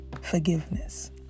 forgiveness